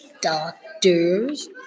doctors